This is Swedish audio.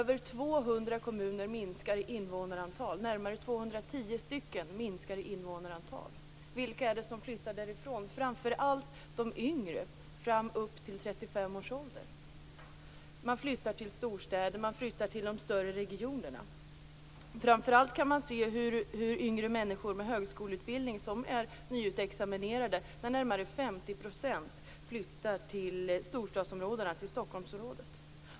Vilka är det som flyttar därifrån? Framför allt de yngre upp till 35 års ålder. Man flyttar till storstäderna och till de större regionerna. Framför allt kan man se att närmare 50 % av yngre nyutexaminerade från högskoleutbildningar flyttar till Stockholm och storstadsområdena.